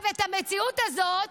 את המציאות הזאת